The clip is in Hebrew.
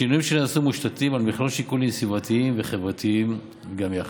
השינויים שנעשו מושתתים על מכלול שיקולים סביבתיים וחברתיים גם יחד.